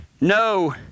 No